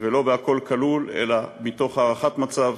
ולא ב"הכול כלול" אלא מתוך הערכת מצב,